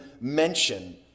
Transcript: mention